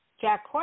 Jack